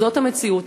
זאת המציאות,